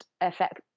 affect